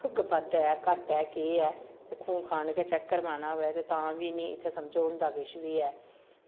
बद्ध ऐ घट्ट ऐ केह् ऐ ते खून खान गै चेक कराना होऐ ते तां बी इ'नेंगी इत्थै समझो होंदा किश बी ऐ